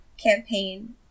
campaign